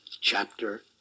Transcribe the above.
chapter